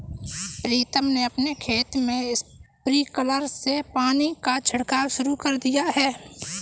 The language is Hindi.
प्रीतम ने अपने खेत में स्प्रिंकलर से पानी का छिड़काव शुरू कर दिया है